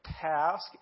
task